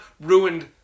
ruined